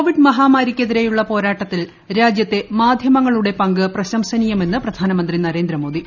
Covid മഹാമാരിക്കെതിരെയുള്ള പോരാട്ടത്തിൽ രാജ്യത്തെ മാധ്യമങ്ങളുടെ പങ്ക് പ്രശംസനീയമെന്ന് പ്രധാനമന്ത്രി നരേന്ദ്രമോദി